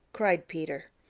cried peter.